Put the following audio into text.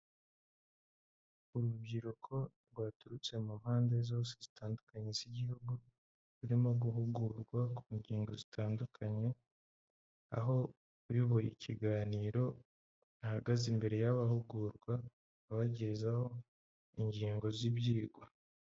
Urubyiruko rwaturutse mu mpande zose zitandukanye z'igihugu rurimo guhugurwa ku ngingo zitandukanye aho uyoboye ikiganiro ahagaze imbere y'abahugurwa abagezaho ingingo z'ibyigwa.